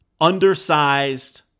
undersized